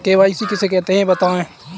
KYC किसे कहते हैं बताएँ?